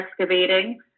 excavating